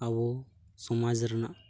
ᱟᱵᱚ ᱥᱚᱢᱟᱡᱽ ᱨᱮᱱᱟᱜ